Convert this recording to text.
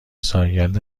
سالگرد